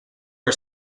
are